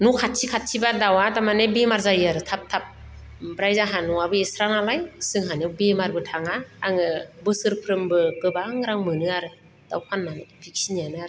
न' खाथि खाथिब्ला दाउआ थारमाने बेमार जायो आरो थाब थाब ओमफ्राय जाहा न'आबो एक्स्ट्रानालाय जोंहानियाव बेमारबो थाङा आङो बोसोरफ्रोमबो गोबां रां मोनो आरो दाउ फाननानै बेखिनियानो आरो